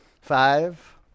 Five